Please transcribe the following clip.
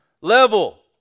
level